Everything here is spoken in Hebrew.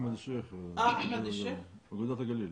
אחמד שייח, אגודת הגליל.